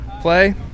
play